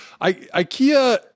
Ikea